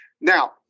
Now